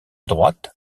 droite